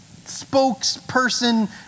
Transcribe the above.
spokesperson